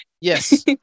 yes